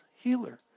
healer